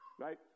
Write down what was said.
Right